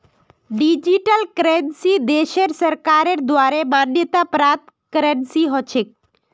digital currency देशेर सरकारेर द्वारे मान्यता प्राप्त करेंसी ह छेक